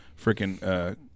freaking